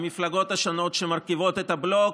המפלגות השונות שמרכיבות את הבלוק.